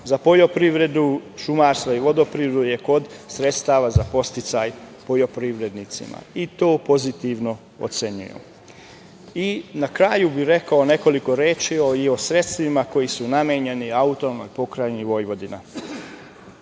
za poljoprivredu, šumarstva i vodoprivredu je kod sredstava za podsticaj poljoprivrednicima. I to pozitivno ocenjujemo. Na kraju bih rekao nekoliko reči i o sredstvima koji su namenjeni AP Vojvodina